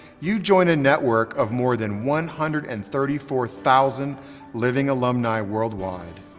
you join a network of more than one hundred and thirty four thousand living alumni worldwide.